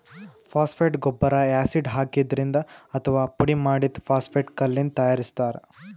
phosphate ಗೊಬ್ಬರ್ acid ಹಾಕಿದ್ರಿಂದ್ ಅಥವಾ ಪುಡಿಮಾಡಿದ್ದ್ ಫಾಸ್ಫೇಟ್ ಕಲ್ಲಿಂದ್ ತಯಾರಿಸ್ತಾರ್